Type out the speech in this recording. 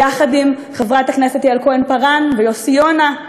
יחד עם חברי הכנסת יעל כהן-פארן ויוסי יונה,